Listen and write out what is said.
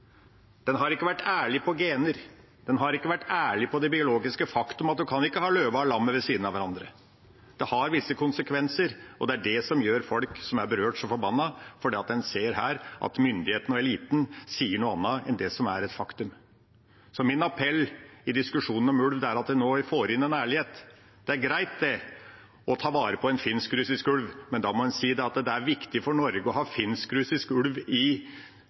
Den har ikke vært ærlig om gener, den har ikke vært ærlig om det biologiske faktum at man kan ikke ha løven og lammet ved siden av hverandre. Det har visse konsekvenser, og det er det som gjør folk som er berørt, så forbanna, for en ser at myndighetene og eliten sier noe annet enn det som er et faktum. Min appell i diskusjonen om ulv er at vi nå får inn en ærlighet. Det er greit å ta vare på en finsk-russisk ulv, men da må en si at det er viktig for Norge å ha finsk-russisk ulv i